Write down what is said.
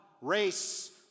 race